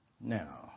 Now